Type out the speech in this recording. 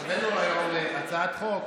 הבאנו היום הצעת חוק